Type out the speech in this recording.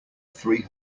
three